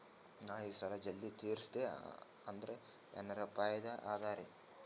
ನಾ ಈ ಸಾಲಾ ಜಲ್ದಿ ತಿರಸ್ದೆ ಅಂದ್ರ ಎನರ ಫಾಯಿದಾ ಅದರಿ?